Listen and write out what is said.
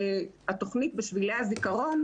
התוכנית "בשבילי הזיכרון"